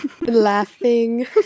laughing